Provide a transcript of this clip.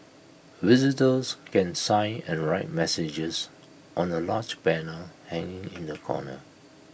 visitors can sign and write messages on A large banner hanging in the corner